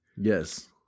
yes